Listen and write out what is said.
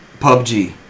PUBG